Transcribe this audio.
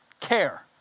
care